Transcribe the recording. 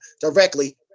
directly